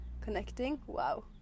connecting—wow